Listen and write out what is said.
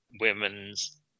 women's